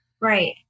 Right